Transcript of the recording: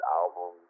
album